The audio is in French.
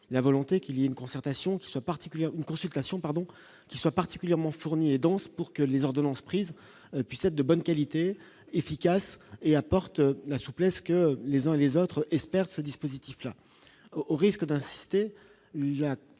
particulier, une consultation pardon qui soit particulièrement fourni et dense pour que les ordonnances prises puissent être de bonne qualité, efficace et apporte la souplesse que les uns et les autres espèrent ce dispositif-là au risque d'inciter à la